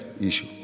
issue